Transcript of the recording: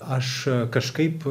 aš kažkaip